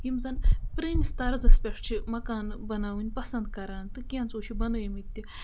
یِم زَن پرٛٲنِس طرزَس پٮ۪ٹھ چھِ مکان بَناوٕنۍ پَسنٛد کَران تہٕ کینٛژھو چھِ بَنٲیمٕتۍ تہِ